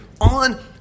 on